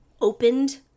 opened